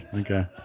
Okay